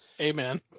Amen